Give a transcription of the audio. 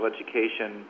education